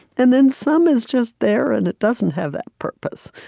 and then some is just there, and it doesn't have that purpose.